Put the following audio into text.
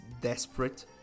desperate